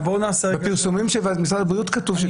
בפרסומים של משרד הבריאות כתוב...